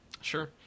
Sure